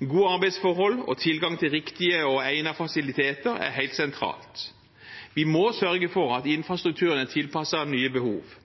Gode arbeidsforhold og tilgang til riktige og egnede fasiliteter er helt sentralt. Vi må sørge for at infrastrukturen er tilpasset nye behov.